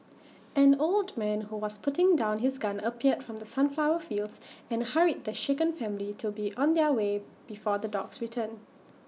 an old man who was putting down his gun appeared from the sunflower fields and hurried the shaken family to be on their way before the dogs return